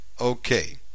Okay